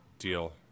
Deal